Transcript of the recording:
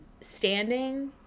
standing